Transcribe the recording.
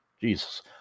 Jesus